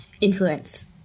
influence